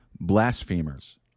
blasphemers